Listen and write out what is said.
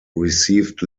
received